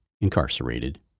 incarcerated